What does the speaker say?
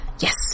Yes